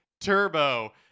Turbo